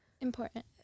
important